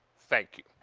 thank you.